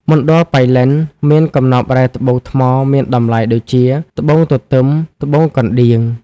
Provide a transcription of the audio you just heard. មណ្ឌលប៉ៃលិន មានកំនប់រ៉ែត្បូងថ្មមានតំលៃដូចជា ត្បូងទទឺម ត្បូងកណ្ដៀង។